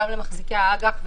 גם למחזיקי האג"ח,